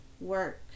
work